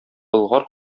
болгар